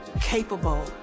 Capable